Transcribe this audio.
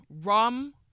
rum